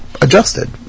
adjusted